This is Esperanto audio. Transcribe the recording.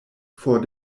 for